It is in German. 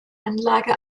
anlage